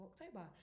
October